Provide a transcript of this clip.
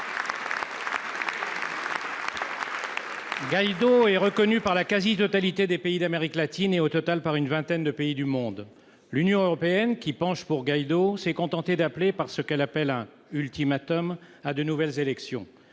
Guaido est reconnu par la quasi-totalité des pays d'Amérique latine et, au total, par une vingtaine de pays du monde. L'Union européenne, qui penche pour Guaido, s'est contentée d'appeler, par ce qu'elle nomme un « ultimatum », à de nouvelles élections.